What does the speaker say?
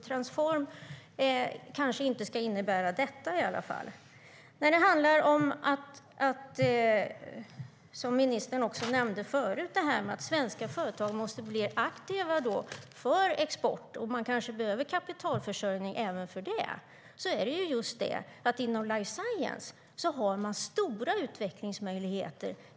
"Transform" kanske inte ska innebära detta i alla fall. Ministern nämnde förut att svenska företag måste bli aktiva för export och kanske behöver kapitalförsörjning. Just inom life science har man stora utvecklingsmöjligheter.